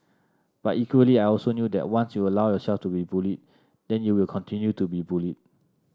but equally I also knew that once you allow yourself to be bullied then you will continue to be bullied